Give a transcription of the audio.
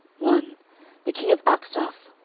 one the king of achshaph,